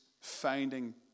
finding